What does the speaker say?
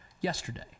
yesterday